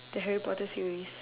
the harry potter series